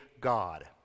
God